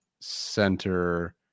center